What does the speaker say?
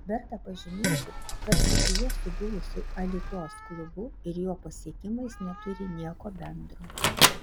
verta pažymėti kad dzūkija su buvusiu alitos klubu ir jo pasiekimais neturi nieko bendro